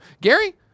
Gary